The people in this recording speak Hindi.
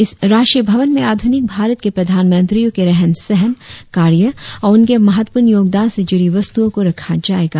इस राष्ट्रीय भवन में आधुनिक भारत के प्रधानमंत्रियों के रहन सहन कार्य और उनके महत्वपूर्ण योगदान से जुड़ी वस्तुओं को रखा जायेगा